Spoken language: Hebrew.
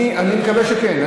אני מקווה שכן.